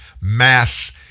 Mass